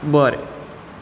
बरें